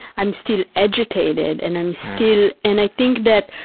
i'm still agitated and i'm still, and i think that,